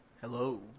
Hello